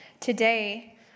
Today